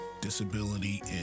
Disability